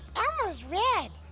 elmo's red.